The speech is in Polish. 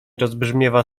rozbrzmiewa